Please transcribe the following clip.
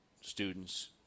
students